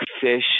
fish